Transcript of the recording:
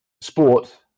sport